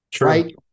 right